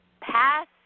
pass